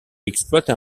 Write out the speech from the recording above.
exploite